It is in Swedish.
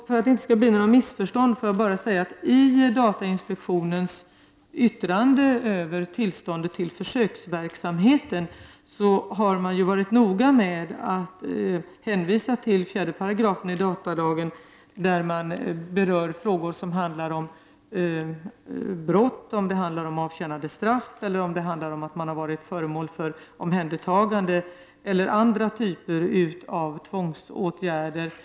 För att det inte skall bli några missförstånd vill jag säga att i datainspektionens yttrande över tillståndet till försöksverksamheten har man varit noga med att hänvisa till 4§ i datalagen, där frågor om brott, om avtjänande av straff, om man är förmål för omhändertagande eller andra typer av tvångsåtgärder berörs.